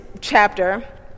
chapter